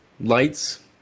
lights